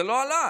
הוא לא עלה?